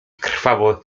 krwawo